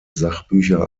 sachbücher